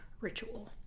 ritual